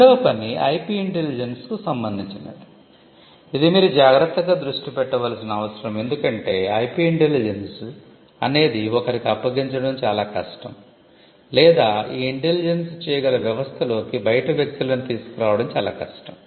రెండవ పని IP intelligence అనేది ఒకరికి అప్పగించడం చాలా కష్టం లేదా ఈ ఇంటెలిజెన్స్ చేయగల వ్యవస్థలోకి బయట వ్యక్తులను తీసుకు రావడం చాలా కష్టం